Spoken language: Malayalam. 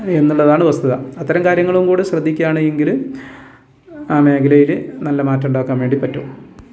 എന്നുള്ളതാണ് വസ്തുത അത്തരം കാര്യങ്ങളും കൂടി ശ്രദ്ധിക്കുകയാണെങ്കിൽ ആ മേഖലയിൽ നല്ല മാറ്റമുണ്ടാക്കാൻ വേണ്ടി പറ്റും